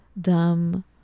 dumb